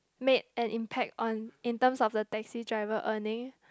made an impact on in terms of the taxi driver earning